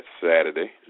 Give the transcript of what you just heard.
Saturday